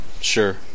Sure